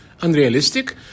unrealistic